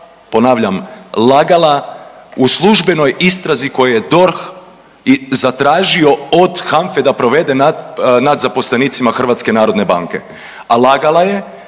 ponavljam lagala u službenoj istrazi koju je DORH zatražio od HANFE da provede nad zaposlenicima HNB-a. A lagala je